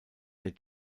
der